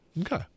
Okay